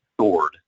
Sword